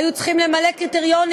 היו צריכים למלא קריטריונים,